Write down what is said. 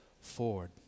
forward